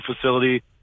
facility